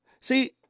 See